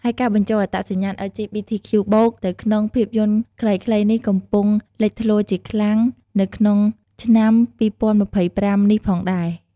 ហើយការបញ្ចូលអត្តសញ្ញាណ អិល ជី ប៊ី ធី ខ្ជូ បូក (LGBTQ+) ទៅក្នុងភាពយន្ដខ្លីៗនេះកំពុងលេចធ្លោជាខ្លាំងនៅក្នុងឆ្នាំ ២០២៥ នេះផងដែរ។